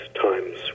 times